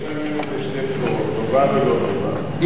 יש בעניין הזה שתי בשורות, טובה ולא טובה.